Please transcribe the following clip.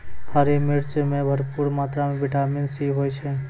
हरी मिर्च मॅ भरपूर मात्रा म विटामिन सी होय छै